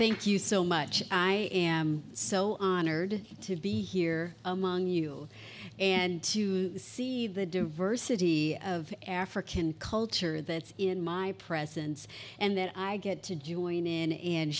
thank you so much i am so honored to be here among you and to see the diversity of african culture that in my presence and that i get to join in and